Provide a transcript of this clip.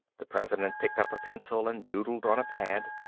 the president picked up a pencil and doodled on a pad.